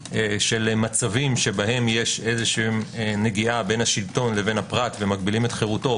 מצבים שבהם יש נגיעה בין השלטון לפרט ומגבילים את חירותו,